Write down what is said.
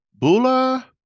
Bula